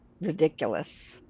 ridiculous